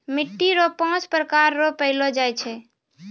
मिट्टी रो पाँच प्रकार रो पैलो जाय छै